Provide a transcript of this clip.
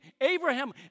Abraham